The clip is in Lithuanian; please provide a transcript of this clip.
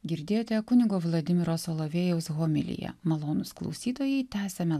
girdėjote kunigo vladimiro solovėjaus homiliją malonūs klausytojai tęsiame